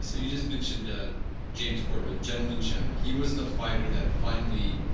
so you just mentioned ah james corbett, gentleman jim he was the fighter that finally